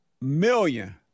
million